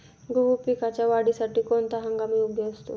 गहू पिकाच्या वाढीसाठी कोणता हंगाम योग्य असतो?